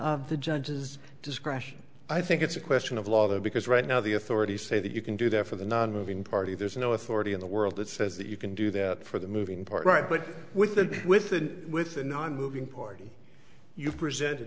of the judge's discretion i think it's a question of law though because right now the authorities say that you can do that for the nonmoving party there's no authority in the world that says that you can do that for the moving part right but with the with the with the nonmoving party you present a